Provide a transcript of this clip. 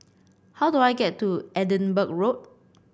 how do I get to Edinburgh Road